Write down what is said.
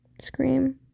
scream